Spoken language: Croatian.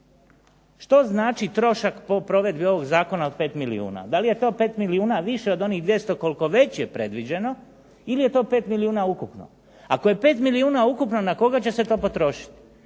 Što znači trošak po provedbi ovog zakona od pet milijuna? Da li je to 5 milijuna više od onih 200 koliko već je predviđeno ili je to 5 milijuna ukupno? Ako je 5 milijuna ukupno na koga će se to potrošiti?